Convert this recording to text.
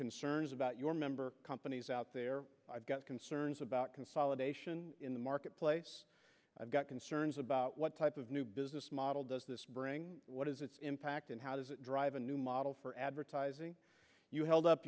concerns about your member companies out there i've got concerns about consolidation in the marketplace i've got concerns about what type of new business model does this bring what is its impact and how does it drive a new model for advertising you held up